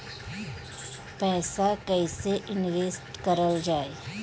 पैसा कईसे इनवेस्ट करल जाई?